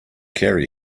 carry